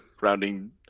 Rounding